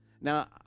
now